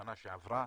בשנה שעברה,